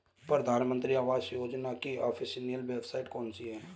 प्रधानमंत्री आवास योजना की ऑफिशियल वेबसाइट कौन सी है?